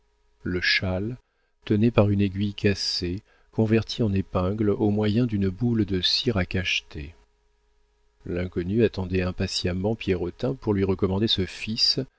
le châle tenait par une aiguille cassée convertie en épingle au moyen d'une boule de cire à cacheter l'inconnue attendait impatiemment pierrotin pour lui recommander ce fils